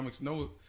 No